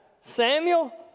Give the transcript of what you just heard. Samuel